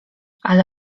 ale